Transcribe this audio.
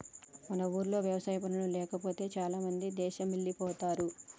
మన ఊర్లో వ్యవసాయ పనులు లేకపోతే చాలామంది దేశమెల్లిపోతారు